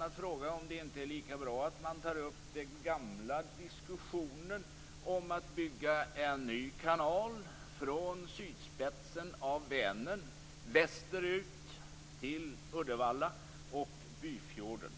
att fråga om det inte är lika bra att man tar upp den gamla diskussionen om att bygga en ny kanal från sydspetsen av Vänern västerut till Uddevalla och Byfjorden.